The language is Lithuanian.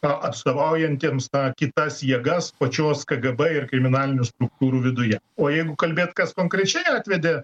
atstovaujantiems na kitas jėgas pačios kgb ir kriminalinių struktūrų viduje o jeigu kalbėt kas konkrečiai atvedė